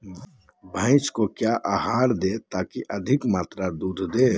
भैंस क्या आहार दे ताकि अधिक मात्रा दूध दे?